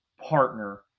partner